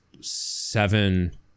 seven